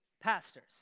pastors